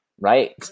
right